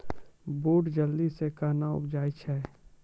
बूट जल्दी से कहना उपजाऊ छ?